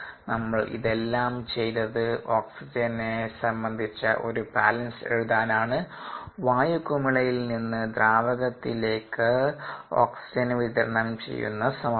നമ്മൾ ഇതെല്ലാം ചെയ്തത് ഓക്സിജനെ സംബന്ധിച്ച ഒരു ബാലൻസ് എഴുതാനാണ് വായു കുമിളയിൽ നിന്ന് ദ്രാവകത്തിലേക്ക് ഓക്സിജൻ വിതരണം ചെയ്യുന്ന സമവാക്യം